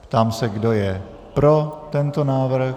Ptám se, kdo je pro tento návrh.